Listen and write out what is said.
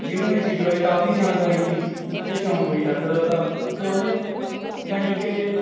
ਜਿਹਨੂੰ ਇਸ ਚੀਜ਼ ਬਾਰੇ ਕਾਫ਼ੀ ਜਾਣਕਾਰੀ ਥੀ ਅਤੇ ਸ਼ੌਂਕ ਵੀ ਰੱਖਦਾ ਤਾ ਅਤੇ ਉਹਨੇ ਜਾਣੀ ਕਿ